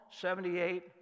78